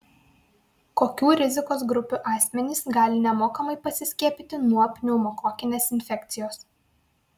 kokių rizikos grupių asmenys gali nemokamai pasiskiepyti nuo pneumokokinės infekcijos